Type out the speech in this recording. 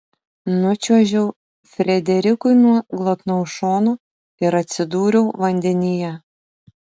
nučiuožiau frederikui nuo glotnaus šono ir atsidūriau vandenyje